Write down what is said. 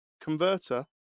converter